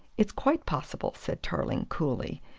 it's quite possible, said tarling coolly,